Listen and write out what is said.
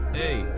hey